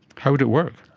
how would it work?